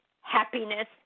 Happiness